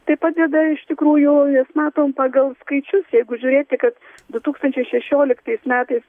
tai padeda iš tikrųjų jas matom pagal skaičius jeigu žiūrėti kad du tūkstančiai šešioliktais metais